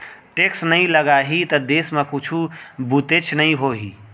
tax नइ लगाही त देस म कुछु बुतेच नइ होही